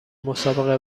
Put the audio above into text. مسابقه